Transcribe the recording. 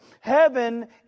Heaven